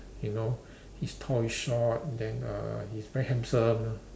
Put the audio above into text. you know he's tall he's short and then uh he's very handsome